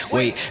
Wait